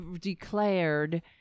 declared